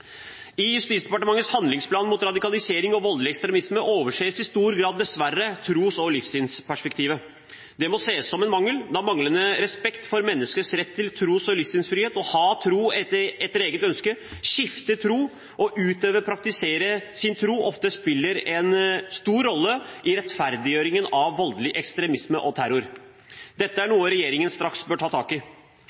I Justisdepartementets handlingsplan mot radikalisering og voldelig ekstremisme overses i stor grad, dessverre, tros- og livssynsperspektivet. Det må ses på som en stor mangel, da manglende respekt for menneskers rett til tros- og livssynsfrihet, til å ha en tro etter eget ønske, skifte tro og utøve og praktisere sin tro ofte spiller en stor rolle i rettferdiggjøringen av voldelig ekstremisme og terror. Dette er noe regjeringen straks bør ta tak i.